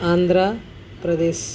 Andhra Pradesh